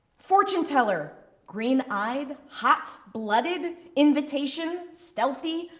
fortune-teller, green-eyed, hot-blooded, invitation, stealthy,